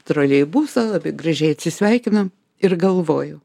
troleibuso labai gražiai atsisveikinom ir galvoju